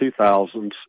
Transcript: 2000s